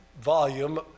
volume